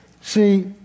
See